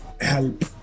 help